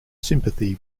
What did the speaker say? sympathy